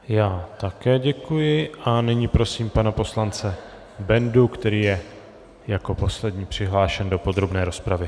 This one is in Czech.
Já také děkuji a nyní prosím pana poslance Bendu, který je jako poslední přihlášen do podrobné rozpravy.